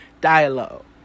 dialogue